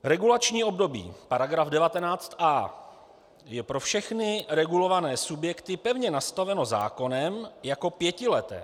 Regulační období § 19a je pro všechny regulované subjekty pevně nastaveno zákonem jako pětileté.